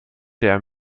der